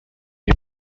nie